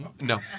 No